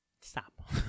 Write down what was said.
Stop